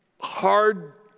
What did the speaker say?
hard